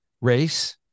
race